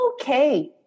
okay